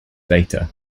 data